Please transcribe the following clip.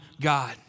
God